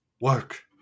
Work